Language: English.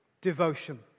Devotion